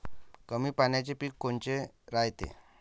कमी पाण्याचे पीक कोनचे रायते?